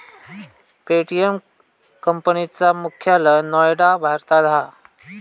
Paytm company चा मुख्यालय नोएडा भारतात हा